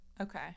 okay